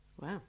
Wow